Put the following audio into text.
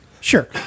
Sure